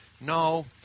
no